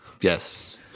Yes